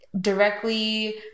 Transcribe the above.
directly